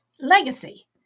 legacy